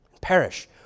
perish